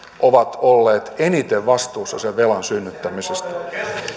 ovat olleet eniten vastuussa sen velan synnyttämisestä